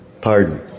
Pardon